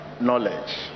knowledge